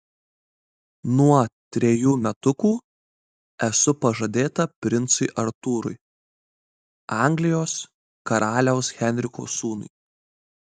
nuo trejų metukų esu pažadėta princui artūrui anglijos karaliaus henriko sūnui